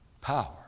Power